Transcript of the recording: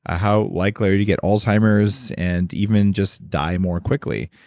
ah how likely are you to get alzheimer's and even just die more quickly?